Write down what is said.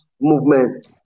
movement